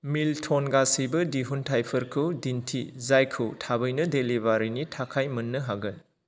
Milton गासैबो दिहुनथाइफोरखौ दिन्थि जायखौ थाबैनो डेलिबारिनि थाखाय मोन्नो हागोन